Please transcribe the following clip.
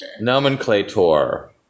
Nomenclator